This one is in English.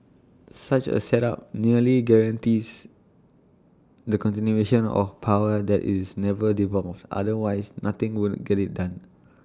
such A setup nearly guarantees the continuation of power that is never devolved otherwise nothing would get IT done